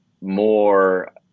more